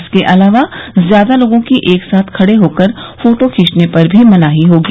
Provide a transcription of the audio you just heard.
इसके अलावा ज्यादा लोगों की एक साथ खड़े होकर फोटो खींचने पर भी मनाही होगी